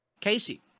Casey